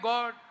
God